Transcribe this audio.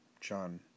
John